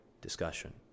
discussion